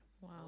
Wow